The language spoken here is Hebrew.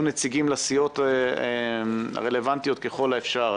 נציגים לסיעות הרלוונטיות ככל האפשר.